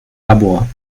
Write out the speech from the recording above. labor